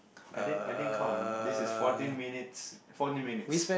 I didn't I didn't count this is fourteen minutes